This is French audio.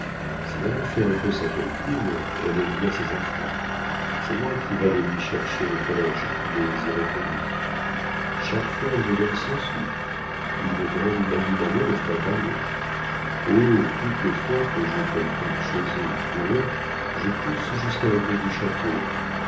si madame fait un peu sa quelqu'une elle aime bien ses enfants c'est moi qui vas les lui chercher au collége et qui les y reconduis chaque fois elle me donne cent sous une grande magni magnon ne ferait pas mieux oh toutes les fois que j'ai quelqu'un de chez eux ou pour eux je pousse jusqu'à la grille du château